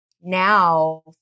Now